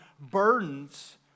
burdens